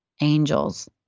angels